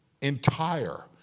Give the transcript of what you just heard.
entire